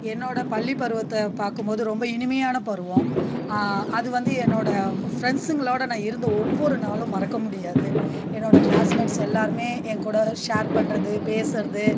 என்னோடய பள்ளிப்பருவத்தை பார்க்கும் போது ரொம்ப இனிமையான பருவம் அது வந்து என்னோடய ஃப்ரெண்ட்ஸ்சுங்களோடு நான் இருந்த ஒவ்வொரு நாளும் மறக்க முடியாது என்னோடய கிளாஸ்மெட்ஸ் எல்லாருமே என்கூட ஷேர் பண்ணுறது பேசறது